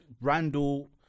Randall